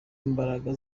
mbaraga